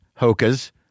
Hoka's